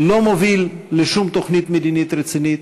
לא מוביל לשום תוכנית מדינית רצינית.